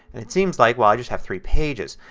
it seems like well i just have three pages.